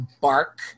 bark